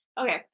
Okay